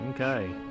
Okay